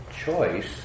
choice